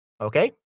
Okay